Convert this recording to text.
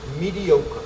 mediocre